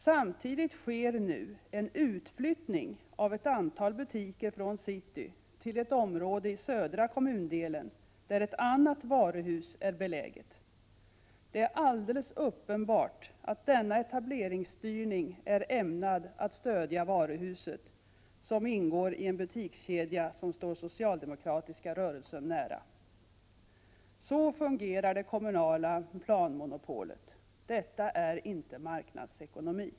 Samtidigt sker nu en utflyttning av ett antal butiker från city till ett område i södra kommundelen där ett annat varuhus är beläget. Det är alldeles uppenbart att denna etableringsstyrning är ämnad att stödja varuhuset som ingår i en butikskedja som står socialdemokratiska rörelsen nära. Så fungerar det kommunala planmonopolet. Detta är inte marknadsekonomi!